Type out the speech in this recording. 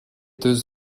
deux